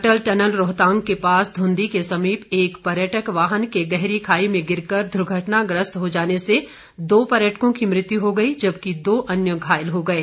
अटल tunnel Rohtang के पास धुंधी के समीप एक पर्यटक वाहन के गहरी खाई में गिरकर दुर्घटना ग्रस्त हो जाने से दो पर्यटकों की मौत हो गई जबकि दो अन्य घायल हो गये